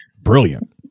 brilliant